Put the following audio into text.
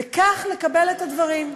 וכך לקבל את הדברים.